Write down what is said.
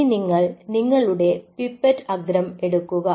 ഇനി നിങ്ങൾ നിങ്ങളുടെ പിപ്പറ്റ് അഗ്രം എടുക്കുക